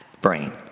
brain